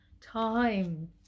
Time